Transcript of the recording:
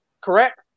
Correct